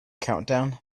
countdown